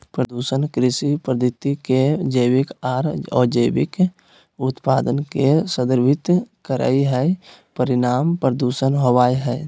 प्रदूषण कृषि पद्धति के जैविक आर अजैविक उत्पाद के संदर्भित करई हई, परिणाम प्रदूषण होवई हई